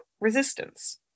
resistance